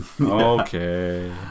Okay